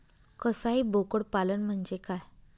कसाई बोकड पालन म्हणजे काय?